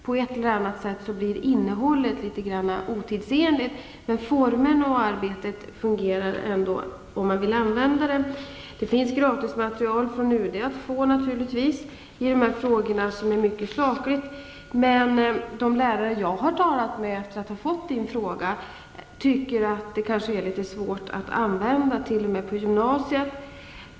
På ett eller annat sätt blir innehållet litet otidsenligt, men formen och arbetet fungerar ändå om man vill använda det. Det finns gratismaterial från UD att få i de här frågorna. Det är mycket sakligt. De lärare jag har talat med efter att ha fått Björn Samuelsons fråga tycker att det kanske är litet svårt att använda t.o.m. på gymnasiet.